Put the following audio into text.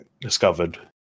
discovered